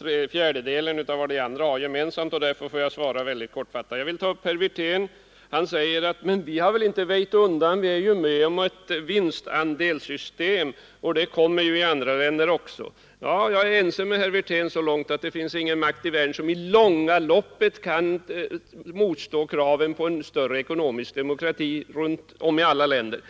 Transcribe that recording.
en fjärdedel av vad övriga talare som deltar i det här replikskiftet har gemensamt. Därför får jag svara mycket kortfattat. Jag börjar med att bemöta herr Wirtén, som i fråga om folkpartiets hållning sade: Vi har inte väjt undan. Han säger vidare: Vi är från Nr 98 folkpartiets sida med om ett vinstandelssystem, och sådana kommer att LE & UJ SEE Torsdagen den införas i andra länder också. Jag är ense med herr Wirtén så långt att 24 maj 1973 ingen makt i världen i det långa loppet kan stoppa kraven på en större ZE ekonomisk demokrati i alla länder.